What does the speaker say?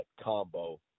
combo